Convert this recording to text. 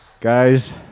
Guys